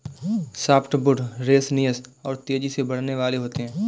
softwood resinous और तेजी से बढ़ने वाले होते हैं